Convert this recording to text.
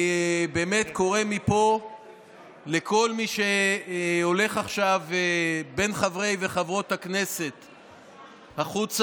אני באמת קורא מפה לכל מי שהולך עכשיו בין חברי וחברות הכנסת החוצה,